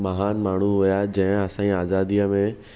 महान माण्हू हुया जंहिं असांजी अज़ादीअ में